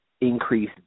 increase